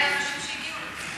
אנשים שהגיעו, כאן